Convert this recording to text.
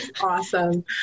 Awesome